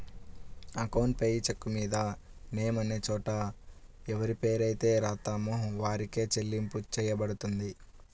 account payee చెక్కుమీద name అనే చోట ఎవరిపేరైతే రాత్తామో వారికే చెల్లింపు చెయ్యబడుతుంది